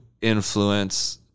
influence